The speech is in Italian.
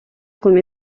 come